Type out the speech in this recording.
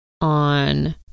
on